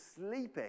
sleeping